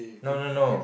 no no no